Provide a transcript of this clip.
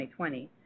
2020